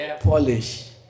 Polish